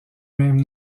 même